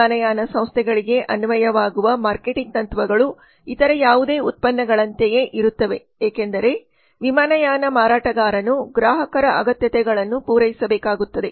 ವಿಮಾನಯಾನ ಸಂಸ್ಥೆಗಳಿಗೆ ಅನ್ವಯವಾಗುವ ಮಾರ್ಕೆಟಿಂಗ್ ತತ್ವಗಳು ಇತರ ಯಾವುದೇ ಉತ್ಪನ್ನಗಳಂತೆಯೇ ಇರುತ್ತವೆ ಏಕೆಂದರೆ ವಿಮಾನಯಾನ ಮಾರಾಟಗಾರನು ಗ್ರಾಹಕರ ಅಗತ್ಯತೆಗಳನ್ನು ಪೂರೈಸಬೇಕಾಗುತ್ತದೆ